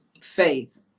faith